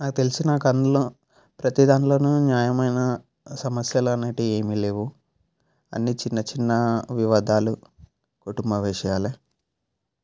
నాకు తెలిసి నాకు అందులో ప్రతిదానిలోనూ న్యాయమైన సమస్యలు అనేటివి ఏమీ లేవు అన్నీ చిన్నచిన్న వివాదాలు కుటుంబ విషయాలే